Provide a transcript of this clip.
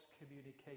communication